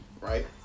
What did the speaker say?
right